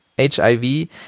HIV